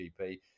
GP